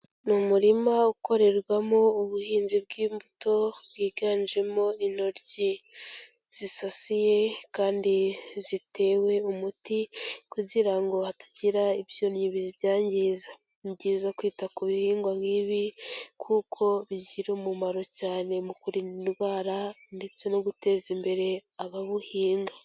Ni umurima ukorerwamo ubuhinzi bw'imbuto, bwiganjemo intoryi zisasiye kandi zitewe umuti kugira ngo hatagira ibyonnyi bibyangiza. Ni byiza kwita ku bihingwa nk'ibi kuko bigira umumaro cyane mu kurinda indwara ndetse no guteza imbere ababuhinga.